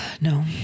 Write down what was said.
No